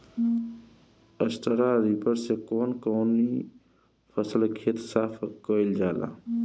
Straw reaper से कवन कवनी फसल के खेत साफ कयील जाला?